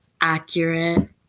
accurate